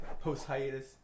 post-hiatus